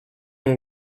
ont